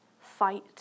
fight